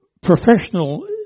professional